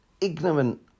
ignorant